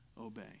obey